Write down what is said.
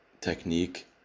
technique